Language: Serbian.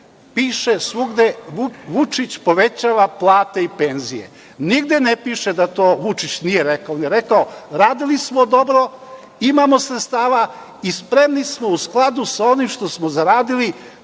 Piše svugde – Vučić povećava plate i penzije. Nigde ne piše da to Vučić nije rekao. On je rekao – radili smo dobro, imamo sredstava i spremni smo, u skladu sa onim što smo zaradili,